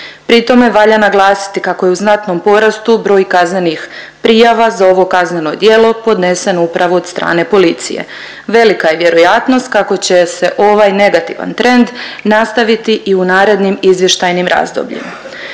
Pritom valja naglasiti kako je u znatnom porastu broj kaznenih prijava za ovo kazneno djelo podneseno upravo od strane policije. Velika je vjerojatnost kako će se ovaj negativan trend nastaviti i u narednim izvještajnim razdobljima.